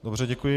Dobře, děkuji.